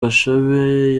bashabe